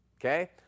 okay